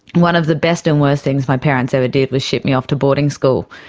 one of the best and worst things my parents ever did was ship me off to boarding school,